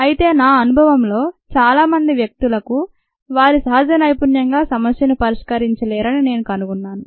అయితే నా అనుభవంలో చాలా మంది వ్యక్తులకు వారి సహజ నైపుణ్యంగా సమస్యను పరిష్కారించ లేరని నేను కనుగొన్నాను